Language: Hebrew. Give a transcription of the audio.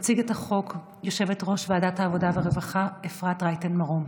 תציג את החוק יושבת-ראש ועדת העבודה והרווחה אפרת רייטן מרום,